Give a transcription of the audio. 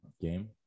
game